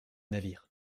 navire